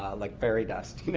ah like fairy dust, you know